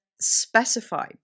specify